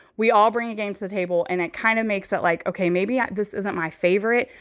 we all bringing games to the table and it kind of makes it like, okay, maybe yeah this isn't my favorite,